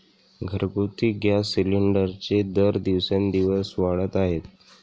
घरगुती गॅस सिलिंडरचे दर दिवसेंदिवस वाढत आहेत